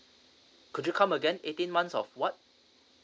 could you come again eighteen months of what